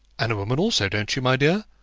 and a woman also, don't you, my dear?